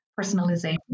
personalization